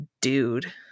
dude